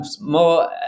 more